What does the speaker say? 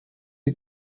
die